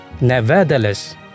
Nevertheless